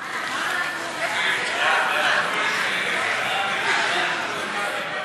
ועדת הכנסת להעביר את הנושא: